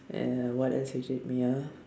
uh what else irritates me ah